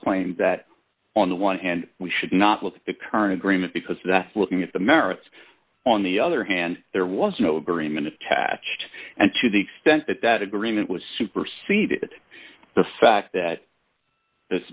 claims that on the one hand we should not look at the current agreement because that looking at the merits on the other hand there was no agreement attached and to the extent that that agreement was superceded the fact that